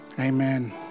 Amen